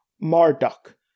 Marduk